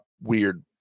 weird